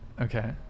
Okay